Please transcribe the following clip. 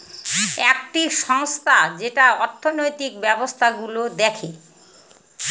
একটি সংস্থা যেটা অর্থনৈতিক ব্যবস্থা গুলো দেখে